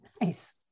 Nice